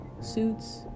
Suits